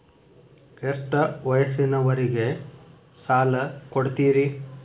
ಎಷ್ಟ ವಯಸ್ಸಿನವರಿಗೆ ಸಾಲ ಕೊಡ್ತಿರಿ?